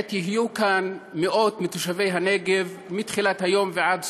עת יהיו כאן מאות מתושבי הנגב מתחילת היום ועד סופו,